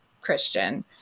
Christian